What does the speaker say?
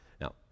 Now